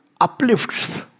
uplifts